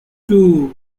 two